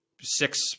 six